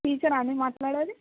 teacher ఆ అండి మాట్లాడేది